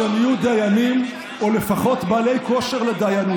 שהם יהיו דיינים או לפחות בעלי כושר לדיינות.